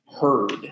heard